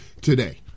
today